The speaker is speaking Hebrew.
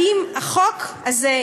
האם החוק הזה,